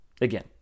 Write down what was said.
Again